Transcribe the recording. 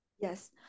Yes